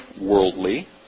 worldly